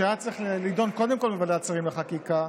שהיה צריך להידון קודם כול בוועדת שרים לחקיקה,